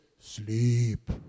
sleep